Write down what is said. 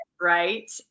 right